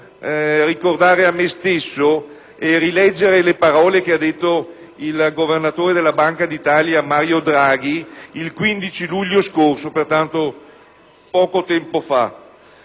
ricordare a me stesso e rileggere le parole del governatore della Banca d'Italia, Mario Draghi, il 15 luglio scorso, pertanto poco tempo fa.